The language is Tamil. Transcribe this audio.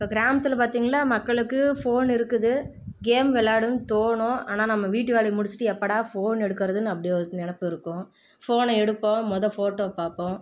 இப்போ கிராமத்தில் பார்த்தீங்கள்னா மக்களுக்கு ஃபோன் இருக்குது கேம் விளையாடணும்னு தோணும் ஆனால் நம்ம வீட்டு வேலையை முடிச்சுட்டு எப்போடா ஃபோன் எடுக்கிறதுனு அப்படி ஒரு நினைப்பிருக்கும் ஃபோனை எடுப்போம் மொதல் ஃபோட்டோ பார்ப்போம்